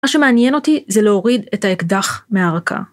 מה שמעניין אותי זה להוריד את האקדח מהרכה.